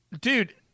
dude